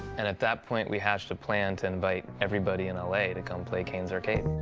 and at that point we hatched a plan to invite everybody in l a. to come play caine's arcade.